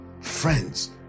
Friends